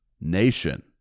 nation